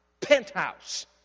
Penthouse